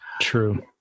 True